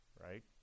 Right